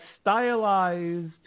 stylized